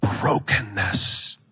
brokenness